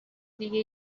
دیگه